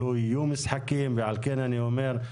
לא יהיו משחקים ועל כל אני אומר,